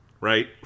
Right